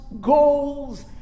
goals